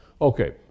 Okay